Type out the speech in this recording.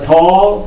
Paul